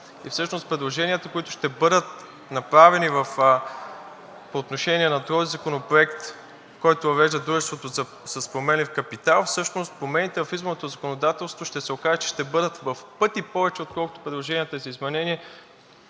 и всъщност предложенията, които ще бъдат направени по отношение на друг законопроект, който въвежда дружеството с променлив капитал, промените в изборното законодателство ще се окаже, че ще бъдат в пъти повече, отколкото предложенията за изменение